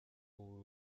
ubu